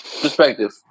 perspective